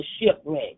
shipwreck